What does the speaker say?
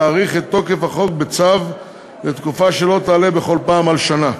להאריך את תוקף החוק בצו לתקופה שלא תעלה בכל פעם על שנה.